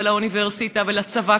לאוניברסיטה ולצבא,